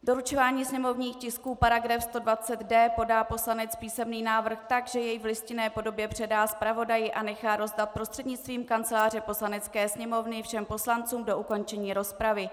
Doručování sněmovních tisků § 120d podá poslanec písemný návrh tak, že jej v listinné podobě předá zpravodaji a nechá rozdat prostřednictvím Kanceláře Poslanecké sněmovny všem poslancům do ukončení rozpravy.